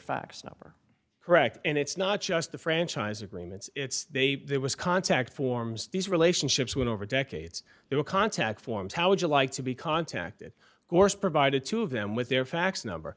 fax number correct and it's not just the franchise agreements it's they there was contact forms these relationships went over decades they were contact forms how would you like to be contacted of course provided to them with their fax number